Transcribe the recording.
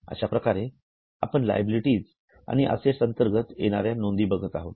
अश्याप्रकारे आपण लायबिलिटी आणि अससेट्स अंतर्गत येणाऱ्या नोंदी बघत आहोत